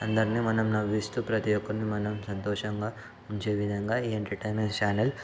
అందరినీ మనం నవ్విస్తూ ప్రతీ ఒక్కరిని మనం సంతోషంగా ఉంచే విధంగా ఈ ఎంటర్టైన్మెంట్ ఛానల్